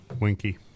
Winky